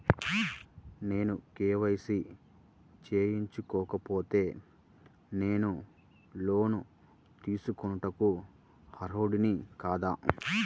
నేను కే.వై.సి చేయించుకోకపోతే నేను లోన్ తీసుకొనుటకు అర్హుడని కాదా?